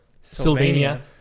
Sylvania